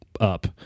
up